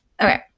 Okay